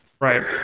Right